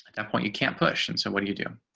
that point, you can't push. and so what do you do